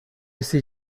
see